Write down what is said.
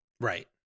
Right